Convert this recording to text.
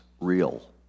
real